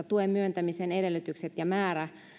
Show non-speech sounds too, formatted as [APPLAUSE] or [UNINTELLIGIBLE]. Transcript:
[UNINTELLIGIBLE] tuen myöntämisen edellytykset ja määrä